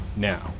Now